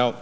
now